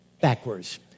backwards